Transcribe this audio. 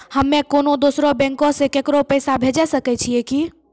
हम्मे कोनो दोसरो बैंको से केकरो पैसा भेजै सकै छियै कि?